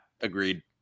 Agreed